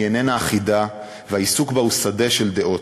היא איננה אחידה, והעיסוק בה הוא שדה של דעות.